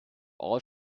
all